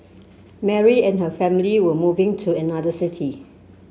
Mary and her family were moving to another city